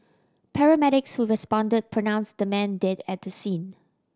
paramedics who responded pronounced the man dead at the scene